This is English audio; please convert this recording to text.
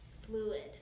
fluid